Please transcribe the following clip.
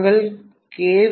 நாங்கள் கே